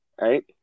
Right